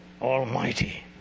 almighty